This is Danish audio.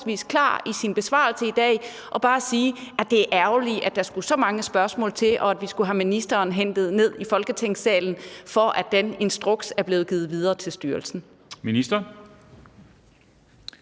klar i sin besvarelse i dag, og bare sige, at det er ærgerligt, at der skulle så mange spørgsmål til, og at vi skulle have ministeren hentet ned i Folketingssalen, for at den instruks er blevet givet videre til styrelsen.